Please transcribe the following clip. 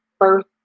first